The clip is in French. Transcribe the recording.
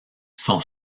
son